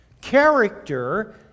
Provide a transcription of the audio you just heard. Character